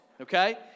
Okay